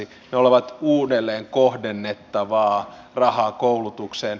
ne ovat uudelleen kohdennettavaa rahaa koulutukseen